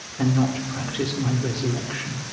and not practise my resurrection